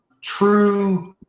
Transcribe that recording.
true